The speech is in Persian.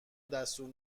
دستور